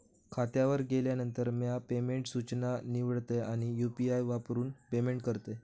खात्यावर गेल्यानंतर, म्या पेमेंट सूचना निवडतय आणि यू.पी.आई वापरून पेमेंट करतय